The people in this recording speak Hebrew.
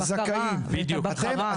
ואת הבקרה.